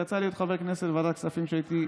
ויצא לי להיות חבר כנסת בוועדת כספים כשהייתי,